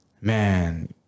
man